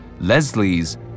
Leslie's